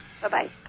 Bye-bye